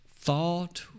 thought